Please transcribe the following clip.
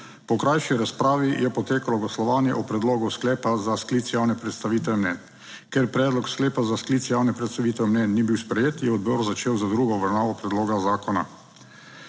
Po krajši razpravi je potekalo glasovanje o predlogu sklepa za sklic javne predstavitve mnenj. Ker predlog sklepa za sklic javne predstavitve mnenj ni bil sprejet, je odbor začel z drugo obravnavo predloga zakona.